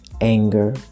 anger